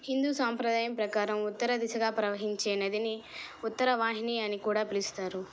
హిందూ సాంప్రదాయం ప్రకారం ఉత్తర దిశగా ప్రవహించే నదిని ఉత్తరవాహిని అని కూడా పిలుస్తారు